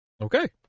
Okay